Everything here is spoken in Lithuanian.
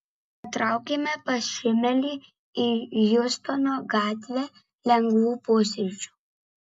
patraukėme pas šimelį į hjustono gatvę lengvų pusryčių